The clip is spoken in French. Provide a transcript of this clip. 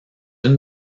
une